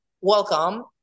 welcome